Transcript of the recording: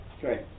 Great